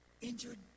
Injured